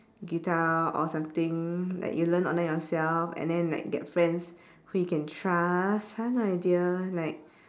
guitar or something like you learn online yourself and then like get friends who you can trust fun idea like